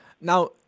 now